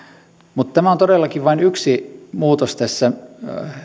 mutta tämä on todellakin vain yksi muutos tässä